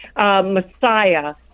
Messiah